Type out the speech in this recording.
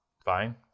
fine